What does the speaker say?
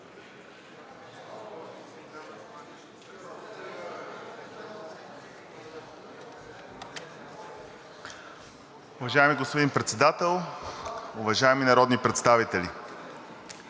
Уважаеми господин Председател, уважаеми народни представители!